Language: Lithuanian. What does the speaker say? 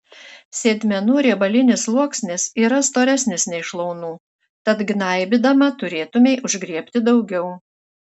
sėdmenų riebalinis sluoksnis yra storesnis nei šlaunų tad gnaibydama turėtumei užgriebti daugiau